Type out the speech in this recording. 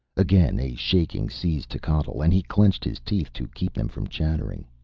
again a shaking seized techotl, and he clenched his teeth to keep them from chattering.